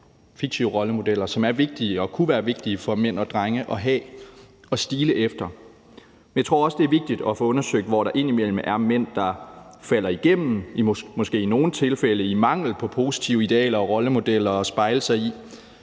og rollemodeller, som er vigtige og kunne være vigtige for mænd og drenge at have og stile efter. Men jeg tror også, det er vigtigt at få undersøgt, hvor der indimellem er mænd, der falder igennem, måske i nogle tilfælde i mangel på positive idealer og rollemodeller at spejle sig i,